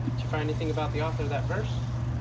you find anything about the author of that verse?